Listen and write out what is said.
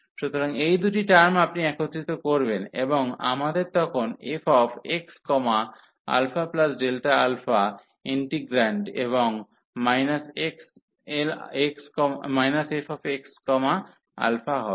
সুতরাং এই দুটি টার্ম আপনি একত্রিত করবেন এবং আমাদের তখন fx αΔα ইন্টিগ্রান্ড এবং fx α হবে